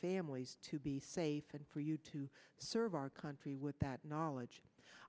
families to be safe and for you to serve our country with that knowledge